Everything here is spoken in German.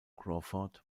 crawford